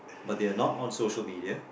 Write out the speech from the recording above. but they are not on social media